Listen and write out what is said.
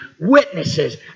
witnesses